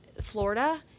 Florida